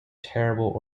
terrible